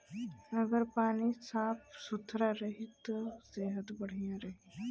अगर पानी साफ सुथरा रही त सेहत बढ़िया रही